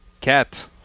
Cat